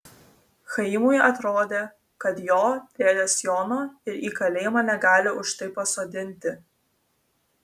chaimui atrodė kad jo dėdės jono ir į kalėjimą negali už tai pasodinti